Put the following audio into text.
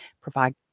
Provide